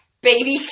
baby